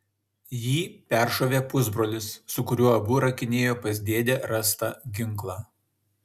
jį peršovė pusbrolis su kuriuo abu rakinėjo pas dėdę rastą ginklą